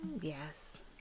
Yes